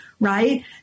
Right